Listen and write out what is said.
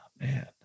man